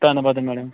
ਧੰਨਵਾਦ ਮੈਡਮ